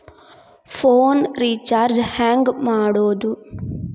Phone recharge ಹೆಂಗೆ ಮಾಡೋದು?